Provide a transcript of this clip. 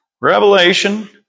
Revelation